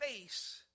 face